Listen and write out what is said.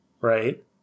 Right